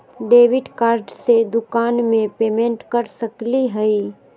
Debit card से दुकान में पेमेंट कर सकली हई?